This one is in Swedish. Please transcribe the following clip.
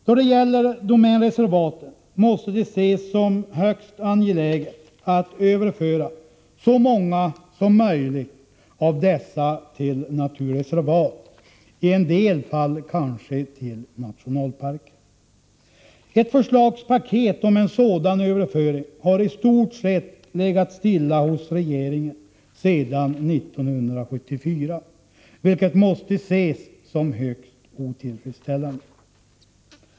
Då det gäller domänreservaten måste det ses som högst angeläget att så många som möjligt av dessa överförs till naturreservat — i en del fall kanske till nationalparker. Ett förslagspaket om en sådan överföring har i stort sett legat stilla hos regeringen sedan 1974, vilket måste betraktas som synnerligen otillfredsställande.